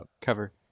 Cover